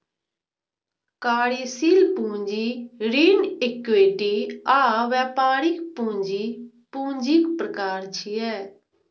कार्यशील पूंजी, ऋण, इक्विटी आ व्यापारिक पूंजी पूंजीक प्रकार छियै